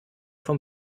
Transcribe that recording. vom